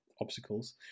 obstacles